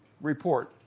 report